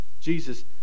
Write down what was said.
Jesus